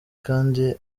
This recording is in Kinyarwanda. kandi